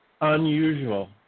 unusual